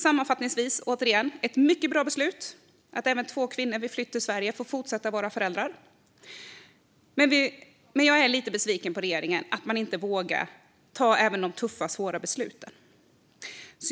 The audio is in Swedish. Sammanfattningsvis är det ett mycket bra beslut att även två kvinnor vid flytt till Sverige ska få fortsätta att vara föräldrar. Men jag är lite besviken på att regeringen inte vågar ta även de tuffa och svåra besluten.